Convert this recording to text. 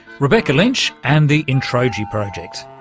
rebecca lynch and the introji project.